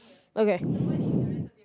okay